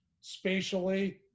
spatially